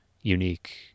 unique